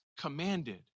commanded